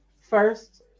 first